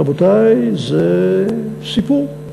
רבותי, זה סיפור.